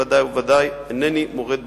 בוודאי ובוודאי אינני מורד במלכות.